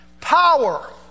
Power